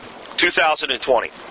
2020